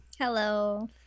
Hello